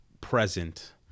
present